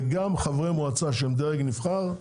וגם חברי מועצה שהם דרג נבחר,